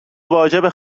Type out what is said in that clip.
واجبه